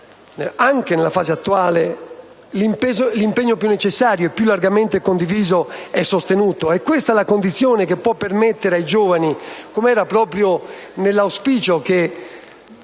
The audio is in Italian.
anche nella fase attuale l'impegno più necessario, più largamente condiviso e sostenuto. Questa è la condizione che può permettere ai giovani - come era nell'auspicio che